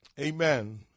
Amen